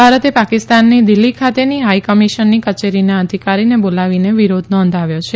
ભારતે પાકિસ્તાનની દિલ્હી ખાતેની હાઇકમિશનની કચેરીના અધિકારીને બોલાવીને વિરોધ નોંધાવ્યો છે